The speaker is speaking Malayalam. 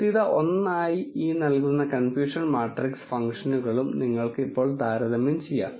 കൃത്യത 1 ആയി ഈ നൽകുന്ന കൺഫ്യൂഷൻ മാട്രിക്സ് ഫംഗ്ഷനുകളും നിങ്ങൾക്ക് ഇപ്പോൾ താരതമ്യം ചെയ്യാം